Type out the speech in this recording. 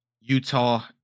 Utah